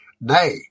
Nay